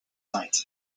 night